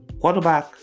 quarterback